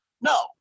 No